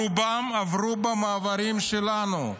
רובם עברו במעברים שלנו,